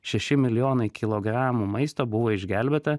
šeši milijonai kilogramų maisto buvo išgelbėta